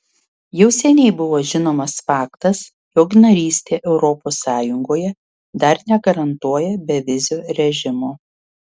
jau seniai buvo žinomas faktas jog narystė europos sąjungoje dar negarantuoja bevizio režimo